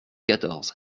quatorze